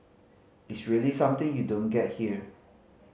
it's really something you don't get here